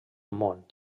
món